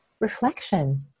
reflection